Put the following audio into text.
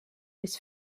his